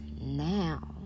now